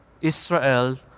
Israel